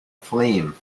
flame